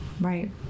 Right